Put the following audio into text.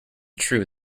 true